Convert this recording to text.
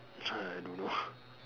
I don't know